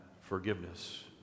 forgiveness